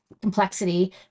Complexity